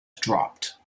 dropped